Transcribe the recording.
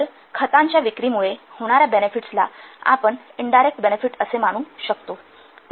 तर खतांच्या विक्रीमुळे होणाऱ्या बेनेफिट्सला आपण इनडायरेक्ट बेनेफिट मानू शकतो